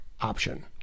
option